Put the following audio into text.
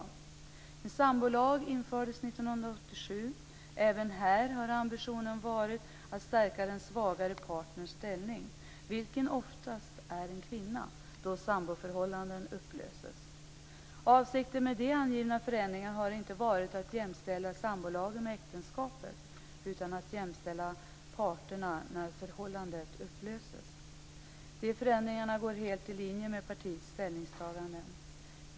En sambolag infördes 1987. Även här har ambitionen varit att stärka ställningen för den svagare parten, vilken oftast är en kvinna, då samboförhållanden upplöses. Avsikten med de angivna förändringarna har inte varit att jämställa sambolagen med äktenskapet utan att jämställa parterna när förhållandet upplöses. De förändringarna går helt i linje med partiets ställningstaganden.